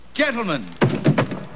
Gentlemen